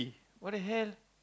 what the hell